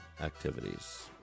activities